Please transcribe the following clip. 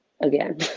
Again